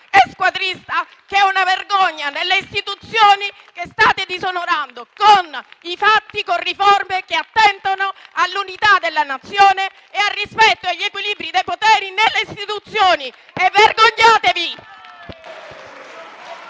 e squadrista che è una vergogna nelle istituzioni che state disonorando con i fatti, con riforme che attentano all'unità della Nazione e al rispetto degli equilibri dei poteri nelle istituzioni. Vergognatevi!